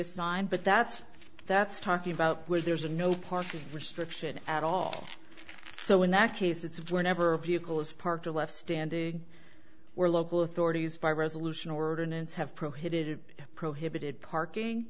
a sign but that's that's talking about where there's a no parking restriction at all so in that case it's whenever a vehicle is parked or left standing or local authorities by resolution ordinance have prohibited prohibited parking